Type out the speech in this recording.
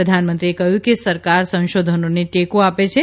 પ્રધાનમંત્રે કહ્યુ કે સરકાર સંશોધનોને ટેકો આપેછે